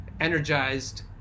energized